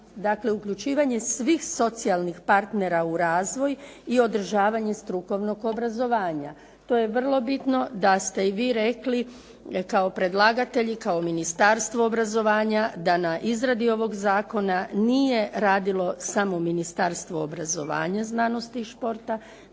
dakle uključivanje svih socijalnih partnera u razvoj i održavanje strukovnog obrazovanja. To je vrlo bitno da ste i vi rekli kao predlagatelji, kao Ministarstvo obrazovanja da na izradi ovog zakona nije radilo samo Ministarstvo obrazovanja, znanosti i športa,